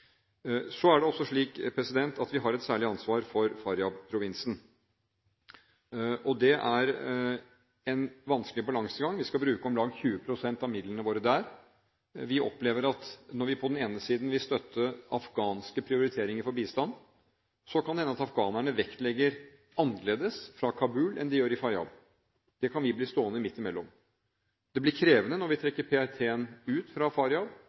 Så er det også slik at vi har et særlig ansvar for Faryab-provinsen. Det er en vanskelig balansegang. Vi skal bruke om lag 20 pst. av midlene våre der. Vi opplever at når vi på den ene siden vil støtte afghanske prioriteringer for bistand, kan det hende at afghanerne fra Kabul vektlegger annerledes enn de gjør i Faryab. Der kan vi bli stående midt imellom. Det blir krevende når vi trekker PRT-en ut